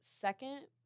second